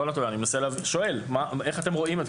אני שואל איך אתם רואים.